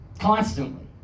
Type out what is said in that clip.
constantly